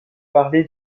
parlé